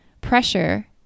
pressure